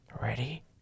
Ready